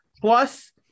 plus